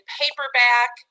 paperback